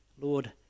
Lord